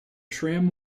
tram